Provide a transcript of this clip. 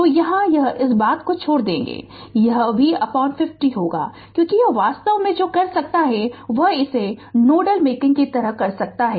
तो यहाँ यह इस बात को छोड़ देगे कि यह V50 होगा क्योंकि यह वास्तव में जो कर सकता है वह इसे नोडल मेकिंग की तरह कर सकता है